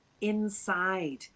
inside